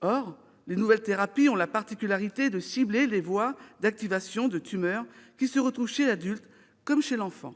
Or les nouvelles thérapies ont la particularité de cibler des voies d'activation de tumeurs qui se retrouvent chez l'adulte comme chez l'enfant.